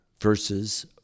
verses